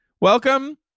Welcome